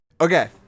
Okay